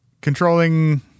controlling